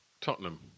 Tottenham